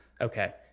Okay